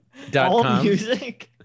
Allmusic